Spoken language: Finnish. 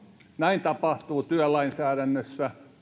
näin tapahtuu työlainsäädännössä